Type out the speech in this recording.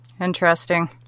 Interesting